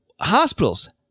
hospitals